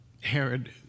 Herod